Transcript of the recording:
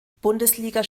bundesliga